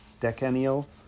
decennial